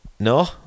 No